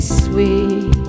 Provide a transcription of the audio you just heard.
sweet